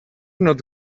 not